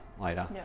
later